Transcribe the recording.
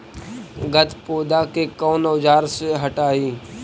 गत्पोदा के कौन औजार से हटायी?